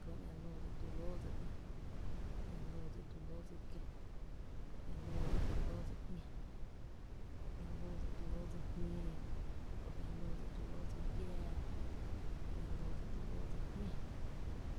Kö ´ña loo dsi tu lóó dsi ‘nÿ, Kö ´ña loo dsi tu lóó dsi kió, Kö ´ña loo dsi tu lóó dsi ‘ñá, Kö ´ña loo dsi tu lóó dsi jñóó, Kö ´ña loo dsi tu lóó dsi giⱥⱥ, Kö ´ña loo dsi tu lóó dsi jñá,